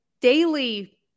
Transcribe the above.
daily